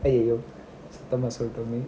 ஐயையோ சத்தமா சொல்லிடமே:iyaiyoo sathama sollitame